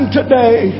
today